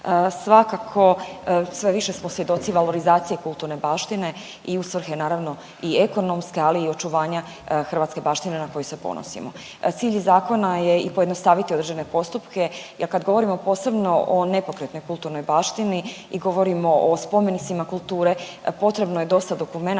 Svakako sve više smo svjedoci valorizacije kultrune baštine i u svrhe naravno i ekonomske, ali i očuvanja hrvatske baštine na koju se ponosimo. Cilj zakona je i pojednostaviti određene postupke jer kad govorimo posebno o nepokretnoj kulturnoj baštini i govorimo o spomenicima kulture, potrebno je dosta dokumenata